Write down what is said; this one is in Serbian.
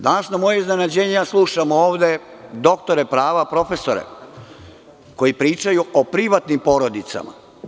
Danas na moje iznenađenje, slušam ovde doktore prava, profesore, koji pričaju o privatnim porodicama.